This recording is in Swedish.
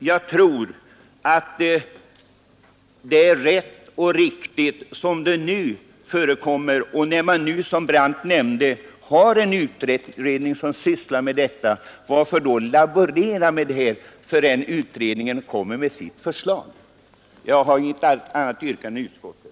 Jag tror att det är rätt och riktigt som det nu är. Och varför skall man nu när det, såsom herr Brandt nämnde, finns en utredning som sysslar med dessa frågor, laborera med detta innan utredningen lagt fram sitt förslag? Jag har inget annat yrkande än utskottets.